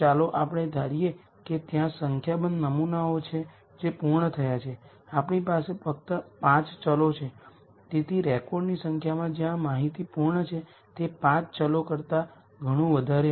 અને આગળ આપણે જાણીએ છીએ કે કોલમ રેન્ક રો રેન્ક અને મેટ્રિક્સનો રેન્ક n r હોવાથી કોલમ રેન્ક પણ n r હોવો જોઈએ